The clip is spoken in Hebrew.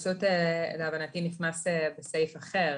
להבנתי זה נכנס בסעיף אחר.